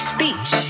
Speech